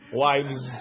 wives